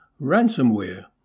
Ransomware